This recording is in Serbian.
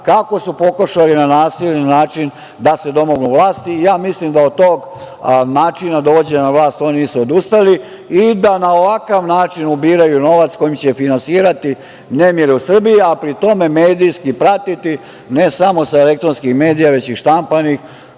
kako su pokušali na nasilan način da se domognu vlasti. Mislim da od tog načina dovođenja na vlast oni nisu odustali i da na ovakav način ubiraju novac kojim će finansirati nemire u Srbiji, a pri tome medijski pratiti, ne samo sa elektronskih medija, već i štampanih